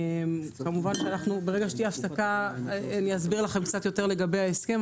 כמובן שברגע שתהיה הפסקה אני אסביר לכם קצת יותר לגבי ההסכם,